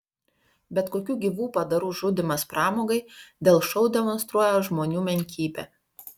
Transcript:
bet kokių gyvų padarų žudymas pramogai dėl šou demonstruoja žmonių menkybę